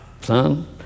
son